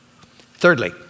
Thirdly